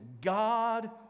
God